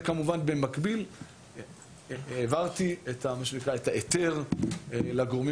כמובן במקביל העברתי את ההיתר לגורמים